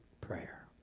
prayer